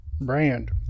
brand